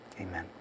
Amen